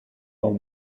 اون